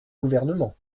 gouvernement